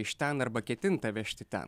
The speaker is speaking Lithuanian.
iš ten arba ketinta vežti ten